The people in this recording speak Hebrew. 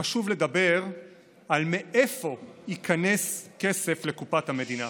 חשוב לדבר על מאיפה ייכנס הכסף לקופת המדינה,